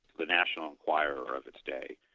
the national acquirer of its day.